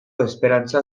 esperantza